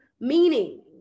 meaning